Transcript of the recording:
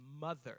mother